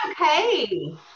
okay